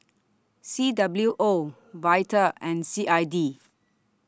C W O Vital and C I D